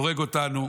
הוא הורג אותנו,